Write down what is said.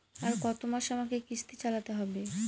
আর কতমাস আমাকে কিস্তি চালাতে হবে?